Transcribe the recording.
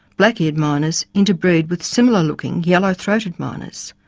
black-eared miners interbreed with similar-looking yellow-throated miners